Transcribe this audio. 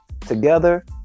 together